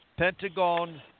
Pentagon